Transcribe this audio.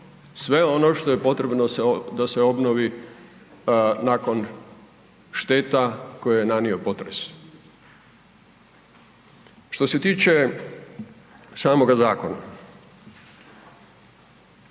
sve ono što je potrebno da se obnovi nakon šteta koje je nanio potres. Što se tiče samoga zakona,